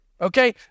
Okay